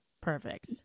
Perfect